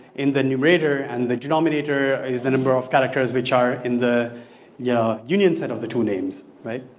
in the numerator and the denominator is the number of characters which are in the yeah union set of the two names right?